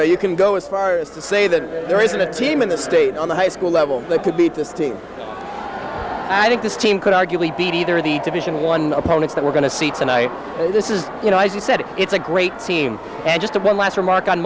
know you can go as far as to say that there isn't a team in the state on the high school level they could beat this team i think this team could argue we beat either the division one opponents that we're going to see tonight this is you know as you said it's a great team